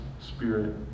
spirit